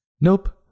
Nope